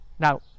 Now